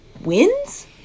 wins